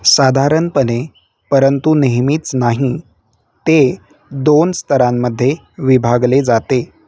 साधारणपणे परंतु नेहमीच नाही ते दोन स्तरांमध्ये विभागले जाते